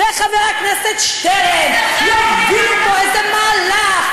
וחבר הכנסת שטרן יובילו פה איזה מהלך,